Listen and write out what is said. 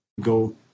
go